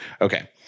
Okay